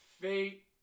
Fate